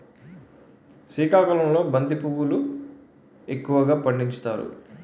సికాకుళంలో బంతి పువ్వులును ఎక్కువగా పండించుతారు